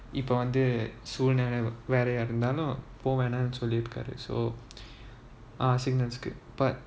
if இப்போ வந்து சூழ்நிலை வேறயா இருந்தாலும் போ வேணாம்னு சொல்லிருக்காரு:ippo vanthu soolnilai verayaa irunthaalum po venaamnu sollirukaaru so ah signal கு:ku but